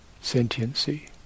sentiency